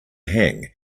hang